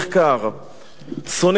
שונאת ישראל, עמירה הס,